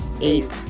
eight